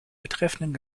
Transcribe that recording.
betreffenden